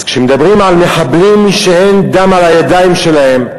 אז כשמדברים על מחבלים שאין דם על הידיים שלהם,